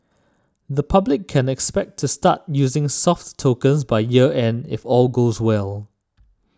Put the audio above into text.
the public can expect to start using soft tokens by year end if all goes well